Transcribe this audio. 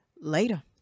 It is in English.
later